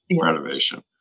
renovation